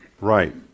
Right